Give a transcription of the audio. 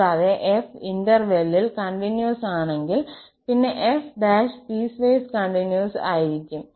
കൂടാതെ f ഇന്റെർവെലിൽ continuous ആണെങ്കിൽ പിന്നെ f പീസ്വേസ് കണ്ടിന്യൂസ് ആയിരിക്കും